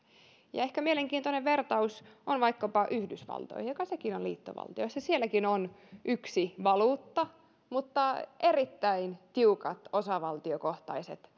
ja ehkä mielenkiintoinen vertaus on vaikkapa yhdysvaltoihin joka sekin on liittovaltio sielläkin on yksi valuutta mutta erittäin tiukat osavaltiokohtaiset